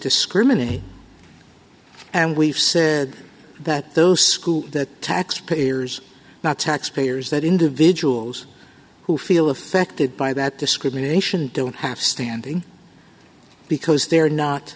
discriminate and we've said that those schools that taxpayers are not taxpayers that individuals who feel affected by that discrimination don't have standing because they're not